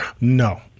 No